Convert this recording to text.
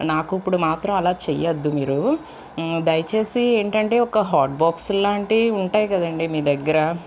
నాకు ఇప్పుడు మాత్రం అలా చెయ్యద్దు మీరు దయచేసి ఏంటంటే ఒక హాట్ బాక్సులాంటివి ఉంటాయి కదండి మీదగ్గర